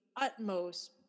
utmost